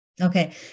Okay